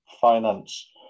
finance